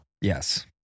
Yes